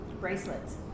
bracelets